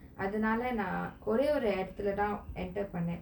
அதனால நா ஒரேயொரு எடத்துல தான்:athanala na oreyoru edathula than enter பண்ணன்:pannan